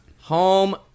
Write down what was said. home